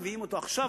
מביאים אותו עכשיו,